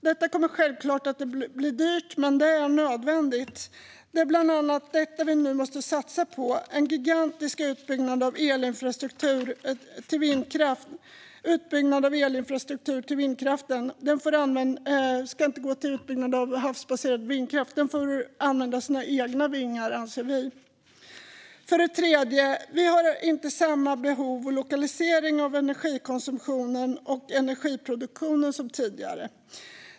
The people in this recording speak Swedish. Detta kommer självklart att bli dyrt, men det är nödvändigt. Det är bland annat detta vi måste satsa på, inte en gigantisk utbyggnad av elinfrastruktur till havsbaserad vindkraft. Den får använda sina egna vingar, anser vi. För det tredje har vi inte samma behov och lokalisering av energikonsumtionen och energiproduktionen som tidigare.